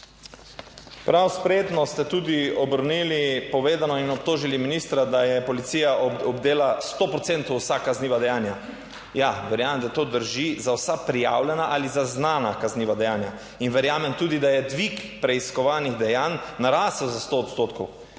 Prav spretno ste tudi obrnili povedano in obtožili ministra, da je policija obdela 100 procentov vsa kazniva dejanja. Ja, verjamem, da to drži za vsa prijavljena ali zaznana kazniva dejanja in verjamem tudi, da je dvig preiskovalnih dejanj narasel za 100 odstotkov,